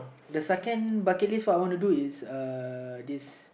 the second bucket list what I wanna do is uh this